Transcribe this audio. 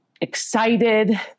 excited